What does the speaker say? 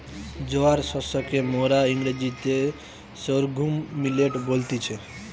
জোয়ার শস্যকে মোরা ইংরেজিতে সর্ঘুম মিলেট বলতেছি